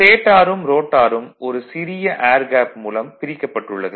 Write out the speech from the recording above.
ஸ்டேடாரும் ரோட்டாரும் ஒரு சிறிய ஏர் கேப் மூலம் பிரிக்கப்பட்டுள்ளது